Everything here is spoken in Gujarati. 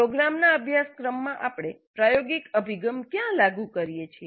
પ્રોગ્રામના અભ્યાસક્રમમાં આપણે પ્રાયોગિક અભિગમ ક્યાં લાગુ કરીએ છીએ